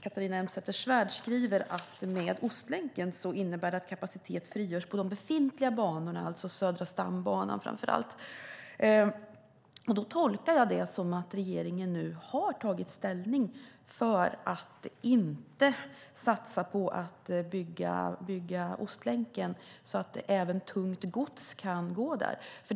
Catharina Elmsäter-Svärd skriver att Ostlänken innebär att "kapacitet frigörs på de befintliga banorna", det vill säga framför allt Södra stambanan. Det tolkar jag så att regeringen nu har tagit ställning för att inte satsa på att bygga Ostlänken så att även tungt gods kan gå där.